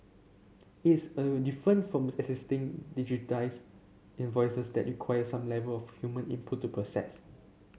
is different from existing digitised invoices that require some level of human input to process